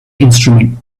instrument